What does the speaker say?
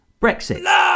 Brexit